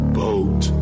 boat